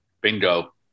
Bingo